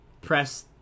press –